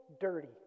dirty